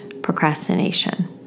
procrastination